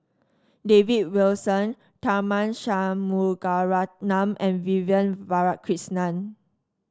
David Wilson Tharman Shanmugaratnam and Vivian Balakrishnan